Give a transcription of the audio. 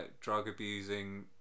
drug-abusing